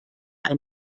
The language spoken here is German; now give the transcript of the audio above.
ein